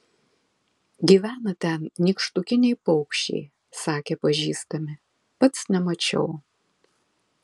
gyvena ten nykštukiniai paukščiai sakė pažįstami pats nemačiau